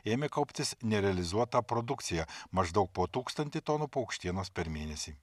ėmė kauptis nerealizuota produkcija maždaug po tūkstantį tonų paukštienos per mėnesį